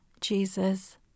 Jesus